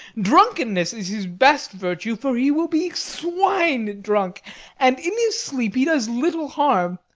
drunkenness is his best virtue, for he will be swine-drunk and in his sleep he does little harm,